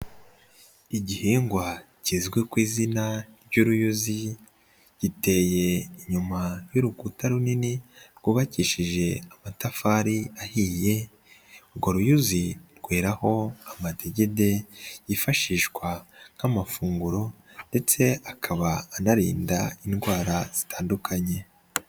Igihingwa kizwi ku izina ry'uruyuzi giteye inyuma y'urukuta runini rwubakishije amatafari ahiye, urwo ruyuzi rweraraho amadegede yifashishwa nk'amafunguro ndetse akaba anarinda indwara zitandukanye.